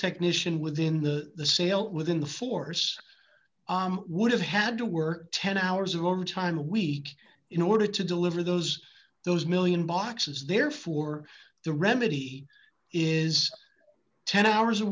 technician within the sale within the force would have had to work ten hours of overtime a week in order to deliver those those one million boxes therefore the remedy is ten hours a